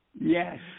Yes